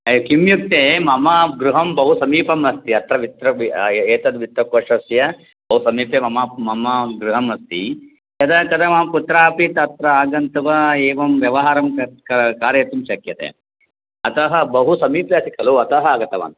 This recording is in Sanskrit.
किमित्युक्ते मम गृहं बहु समीपम् अस्ति अत्र वित्तम् एतद् वित्तकोषस्य बहु समीपे मम मम गृहम् अस्ति यदा तदां कुत्रापि तत्र आगन्तुं त्वम् एवं व्यवहारं किं कारयितुं शक्यते अतः बहु समीपे अस्ति खलु अतः आगतवान्